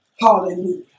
Hallelujah